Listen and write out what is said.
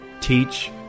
teach